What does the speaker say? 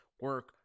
Work